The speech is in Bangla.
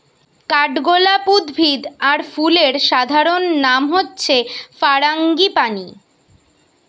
কাঠগোলাপ উদ্ভিদ আর ফুলের সাধারণ নাম হচ্ছে ফারাঙ্গিপানি